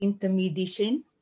intermediation